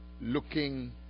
looking